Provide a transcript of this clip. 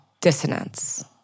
dissonance